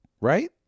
Right